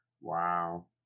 Wow